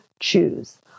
choose